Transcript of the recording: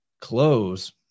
close